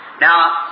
Now